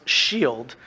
shield